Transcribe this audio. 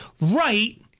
right